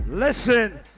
Listen